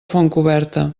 fontcoberta